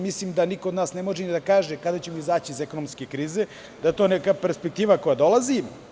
Mislim da niko od nas ne može da kaže kada ćemo izaći iz ekonomske krize, da je to neka perspektiva koja dolazi.